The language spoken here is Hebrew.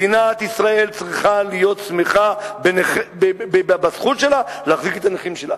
מדינת ישראל צריכה לשמוח על הזכות שלה להחזיק את הנכים שלה.